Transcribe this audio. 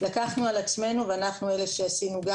לקחנו על עצמנו ואנחנו אלה שעשינו גם